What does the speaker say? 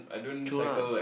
true lah